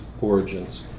origins